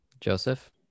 joseph